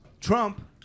Trump